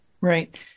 Right